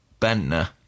Bentner